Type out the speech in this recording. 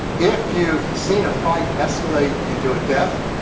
if you've seen a fight escalate into a death,